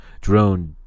Drone